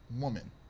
woman